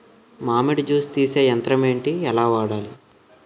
మామిడి జూస్ తీసే యంత్రం ఏంటి? ఎలా వాడాలి?